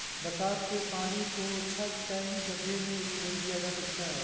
बरसात के पानी को छत, टैंक, गढ्ढे में स्टोर किया जा सकता है